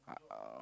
uh